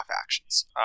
actions